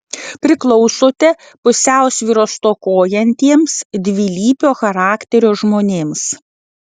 priklausote pusiausvyros stokojantiems dvilypio charakterio žmonėms